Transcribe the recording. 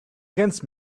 against